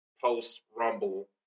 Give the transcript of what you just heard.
post-Rumble